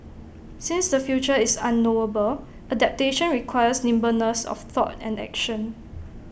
since the future is unknowable adaptation requires nimbleness of thought and action